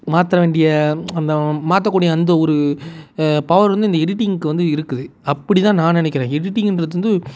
மாற்ற வேண்டிய அந்த மாற்றக்கூடிய அந்த ஒரு பவர் வந்து இந்த எடிட்டிங்குக்கு வந்து இருக்குது அப்படி தான் நான் நினைக்கிறேன் எடிட்டிங்குன்றது வந்து